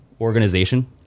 organization